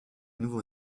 nouveau